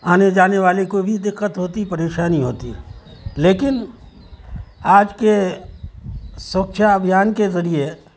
آنے جانے والے کو بھی دقت ہوتی پریشانی ہوتی لیکن آج کے سوچھتا ابھیان کے ذریعے